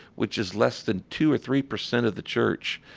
which is less than two or three percent of the church.